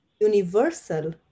universal